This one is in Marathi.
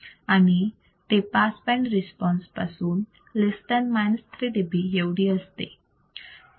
आणि ते पास बंड रिस्पॉन्स पासून less than 3dB एवढी असते